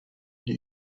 new